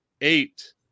eight